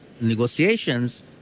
negotiations